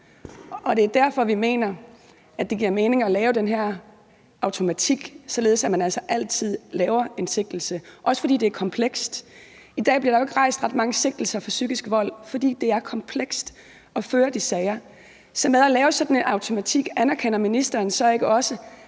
Det er derfor, vi mener, at det giver mening at lave den her automatik, således at man altså altid rejser en sigtelse, også fordi det er komplekst. I dag bliver der jo ikke rejst ret mange sigtelser for psykisk vold, fordi det er komplekst at føre de sager. Så anerkender ministeren ikke også,